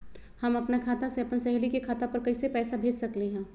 हम अपना खाता से अपन सहेली के खाता पर कइसे पैसा भेज सकली ह?